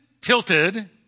tilted